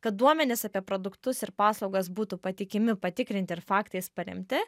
kad duomenys apie produktus ir paslaugas būtų patikimi patikrinti ir faktais paremti